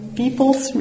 people's